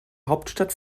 hauptstadt